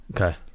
Okay